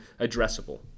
addressable